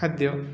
ଖାଦ୍ୟ